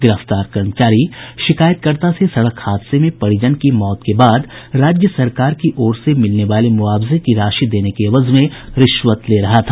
गिरफ्तार कर्मचारी शिकायतकर्ता से सड़क हादसे में परिजन की मौत के बाद राज्य सरकार की ओर से मिलने वाले मुआवजे की राशि देने के एवज में रिश्वत ले रहा था